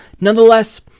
nonetheless